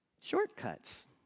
Shortcuts